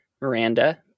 Miranda